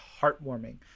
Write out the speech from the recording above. heartwarming